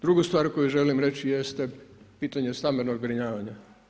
Drugu stvar koju želim reći jeste pitanje stambenog zbrinjavanja.